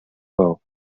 maó